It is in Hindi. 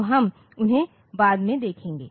तो हम उन्हें बाद में देखेंगे